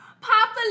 Papa